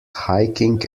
hiking